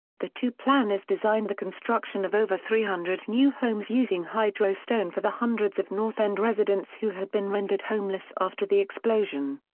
the two planners designed the construction of over three hundred new homes using hydro-stone for the hundreds of north end residents who had been rendered homeless after the explosion.